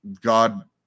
God